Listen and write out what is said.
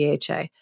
DHA